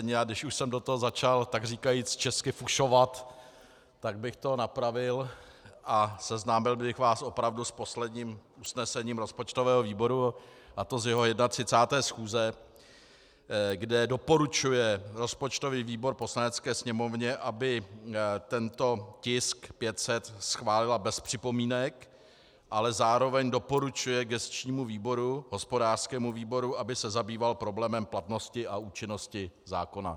A když už jsem do toho začal takříkajíc česky fušovat, tak bych to napravil a seznámil bych vás opravdu s posledním usnesením rozpočtového výboru, a to z jeho 31. schůze, kde doporučuje rozpočtový výbor Poslanecké sněmovně, aby tento tisk 500 schválila bez připomínek, ale zároveň doporučuje gesčnímu výboru, hospodářskému výboru, aby se zabýval problémem platnosti a účinnosti zákona.